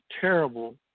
terrible